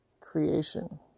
creation